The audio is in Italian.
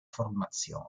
formazione